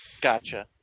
Gotcha